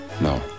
No